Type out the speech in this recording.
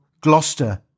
Gloucester